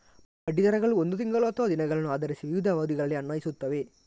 ಬಡ್ಡಿ ದರಗಳು ಒಂದು ತಿಂಗಳು ಅಥವಾ ದಿನಗಳನ್ನು ಆಧರಿಸಿ ವಿವಿಧ ಅವಧಿಗಳಲ್ಲಿ ಅನ್ವಯಿಸುತ್ತವೆ